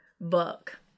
book